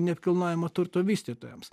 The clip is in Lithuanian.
nekilnojamo turto vystytojams